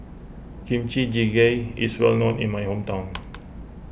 Kimchi Jjigae is well known in my hometown